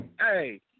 Hey